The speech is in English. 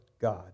God